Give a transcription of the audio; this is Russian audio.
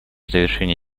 завершения